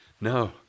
No